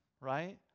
right